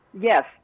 Yes